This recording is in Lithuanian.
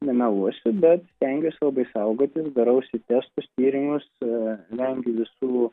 nemeluosiu bet stengiuos labai saugotis darausi testus tyrimus vengiu visų